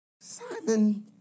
Simon